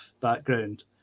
background